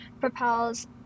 propels